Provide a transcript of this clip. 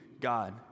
God